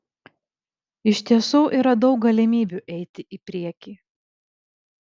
iš tiesų yra daug galimybių eiti į priekį